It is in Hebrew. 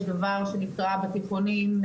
יש דבר שנקרא בתיכונים,